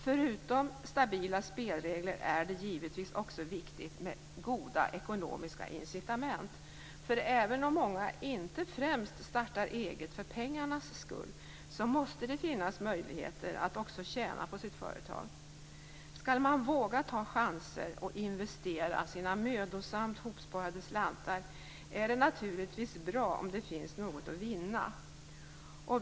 Förutom stabila spelregler är det givetvis också viktigt med goda ekonomiska incitament. För även om många inte främst startar eget för pengarnas skull, måste det finnas möjligheter att också tjäna på sitt företag. Skall man våga ta chanser och investera sina mödosamt ihopsparade slantar är det naturligtvis bra om det finns något att vinna.